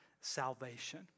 salvation